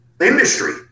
industry